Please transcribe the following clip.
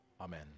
Amen